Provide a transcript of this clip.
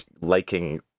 liking